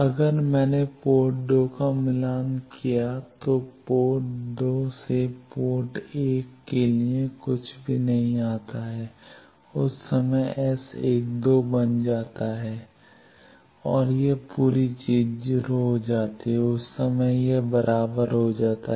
अगर मैंने पोर्ट 2 का मिलान किया तो पोर्ट 2 से पोर्ट 1 के लिए कुछ भी नहीं आता है उस समय S 12 0 बन जाता है और यह पूरी चीज 0 हो जाती है और उस समय यह बराबर हो जाता है